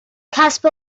کسب